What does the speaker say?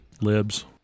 Libs